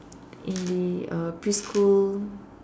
in the uh preschool